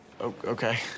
Okay